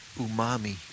umami